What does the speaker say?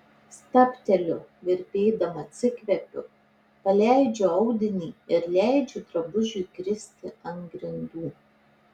stabteliu virpėdama atsikvepiu paleidžiu audinį ir leidžiu drabužiui kristi ant grindų